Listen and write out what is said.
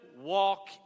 walk